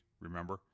remember